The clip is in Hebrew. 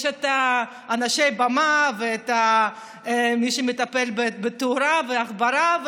יש את אנשי הבמה ואת מי שמטפל בתאורה והגברה,